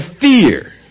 fear